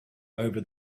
over